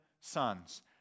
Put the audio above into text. sons